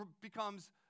becomes